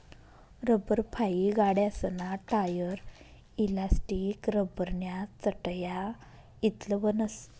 लब्बरफाइ गाड्यासना tyre, elastic, लब्बरन्या चटया इतलं बनस